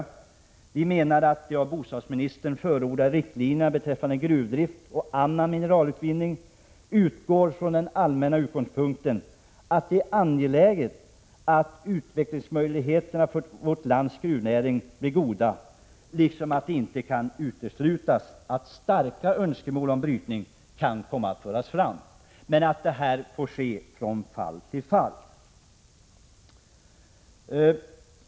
Utskottet menar att de av bostadsministern förordade riktlinjerna beträffande gruvdrift och annan mineralutvinning utgår från den allmänna utgångspunkten att det är angeläget att utvecklingsmöjligheterna för vårt lands gruvnäring blir goda, liksom att det inte kan uteslutas att starka önskemål om brytning kan komma att föras fram.